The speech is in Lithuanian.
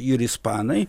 ir ispanai